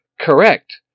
Correct